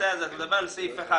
אני מדבר על סעיף (1),